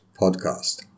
podcast